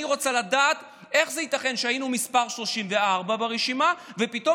אני רוצה לדעת איך זה ייתכן שהיינו מס' 34 ברשימה ופתאום,